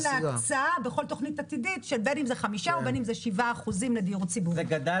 וגם להקצאה לדיור הציבורי בכל תוכנית עתידית,